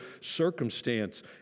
circumstance